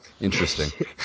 interesting